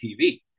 TV